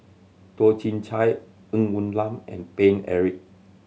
Toh Chin Chye Ng Woon Lam and Paine Eric